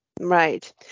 Right